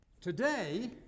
today